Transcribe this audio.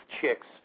chicks